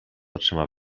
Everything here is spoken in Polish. oczyma